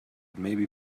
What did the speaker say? maybe